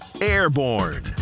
airborne